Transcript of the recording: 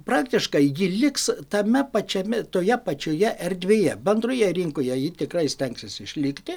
praktiškai ji liks tame pačiame toje pačioje erdvėje bendroje rinkoje ji tikrai stengsis išlikti